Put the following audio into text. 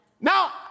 Now